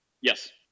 Yes